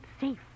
safe